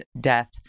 death